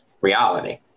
reality